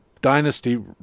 dynasty